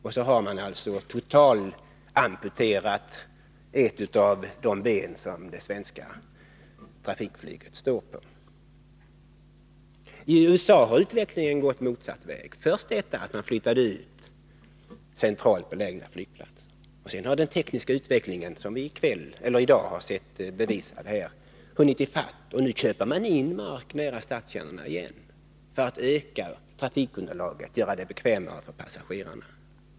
Därmed har man totalamputerat ett av de ben som det svenska trafikflyget står på. I USA har utvecklingen gått motsatt väg. Först flyttade man ut centralt belägna flygplatser. Sedan har den tekniska utvecklingen — som vi har sett bevisat här i dag — hunnit i fatt, och nu köper man in mark för flygplatser nära stadskärnorna för att öka trafikunderlaget och göra det bekvämare för passagerarna.